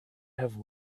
have